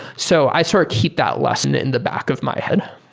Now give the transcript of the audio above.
so i sort of keep that lesson in the back of my head